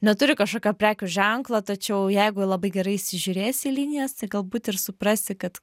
neturi kažkokio prekių ženklo tačiau jeigu labai gerai įsižiūrėsi į linijas tai galbūt ir suprasi kad